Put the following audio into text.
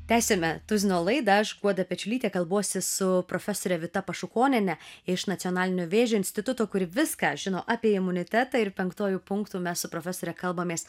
tęsiame tuzino laidą aš guoda pečiulytė kalbuosi su profesore vita pašukoniene iš nacionalinio vėžio instituto kuri viską žino apie imunitetą ir penktuoju punktu mes su profesore kalbamės